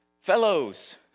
fellows